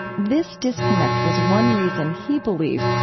this disconnect was one reason, he believes,